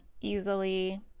easily